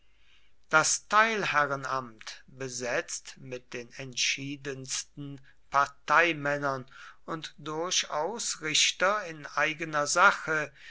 das teilherrenamt besetzt mit den entschiedensten parteimännern und durchaus richter in eigener sache